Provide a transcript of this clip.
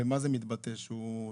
במה זה מתבטא שהוא תחתיכם?